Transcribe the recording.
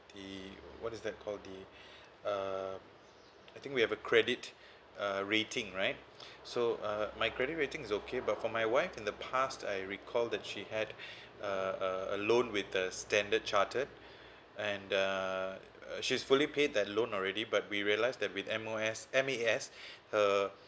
the what is that called the uh I think we have a credit uh rating right so uh my credit rating is okay but for my wife in the past I recall that she had uh a loan with the standard chartered and uh she's fully paid that loan already but we realise that with M_O_S M_A_S her